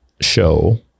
show